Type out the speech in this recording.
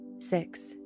Six